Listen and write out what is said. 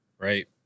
Right